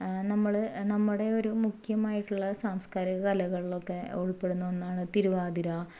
നമ്മൾ നമ്മുടെ ഒരു മുഖ്യമായിട്ടുള്ള സാംസ്കാരിക കലകളിലൊക്കെ ഉൾപ്പെടുന്ന ഒന്നാണ് തിരുവാതിര